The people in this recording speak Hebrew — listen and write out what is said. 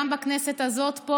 גם בכנסת הזאת,